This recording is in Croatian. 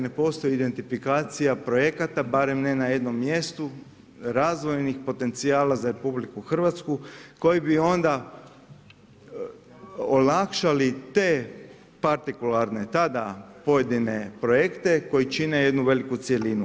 Ne postoji identifikacija projekata barem ne na jednom mjestu, razvojnih potencijala za RH koji bi onda olakšali te partikularne tada pojedine projekte koji čine jednu veliku cjelinu.